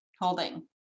Holding